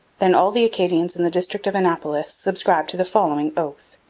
then all the acadians in the district of annapolis subscribed to the following oath